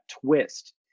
twist